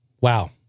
Wow